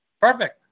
Perfect